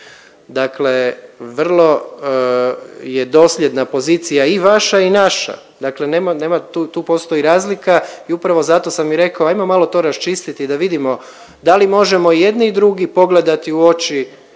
Dakle, vrlo je dosljedna pozicija i vaša i naša. Dakle, nema tu, tu postoji razlika i upravo zato sam i rekao hajmo malo to raščistiti da vidimo da li možemo i jedni i drugi pogledati u oči